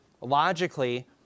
logically